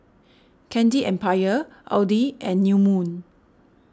Candy Empire Audi and New Moon